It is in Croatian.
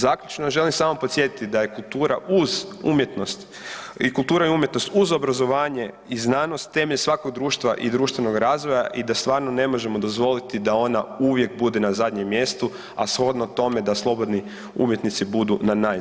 Zaključno želim samo podsjetiti da je kultura uz umjetnost i kultura i umjetnost uz obrazovanje i znanost temelj svakog društva i društvenog razvoja i da stvarno ne možemo dozvoliti da ona uvijek bude na zadnjem mjestu, a shodno tome da slobodni umjetnici da budu na najzadnjem mjestu.